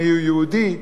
מיהו יהודי.